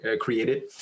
created